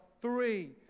three